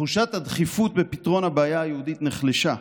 תחושת הדחיפות בפתרון הבעיה היהודית נחלשה,